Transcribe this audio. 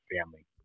family